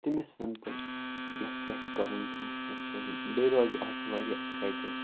تٔمِس وَنہٕ بہٕ یَتھ کیٛاہ چھُ کَرُن برونٛہہ یتھ کیٛاہ بیٚیہِ روزٕ بہٕ واریاہ ایٚکسایٹِڑ